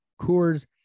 Coors